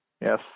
Yes